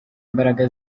mbaraga